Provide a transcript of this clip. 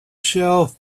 shelf